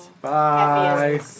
Bye